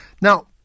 Now